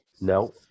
No